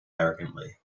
arrogantly